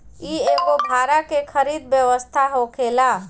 इ एगो भाड़ा के खरीद व्यवस्था होखेला